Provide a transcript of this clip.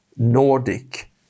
Nordic